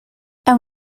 and